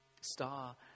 star